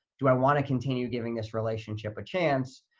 do i want to continue giving this relationship a chance,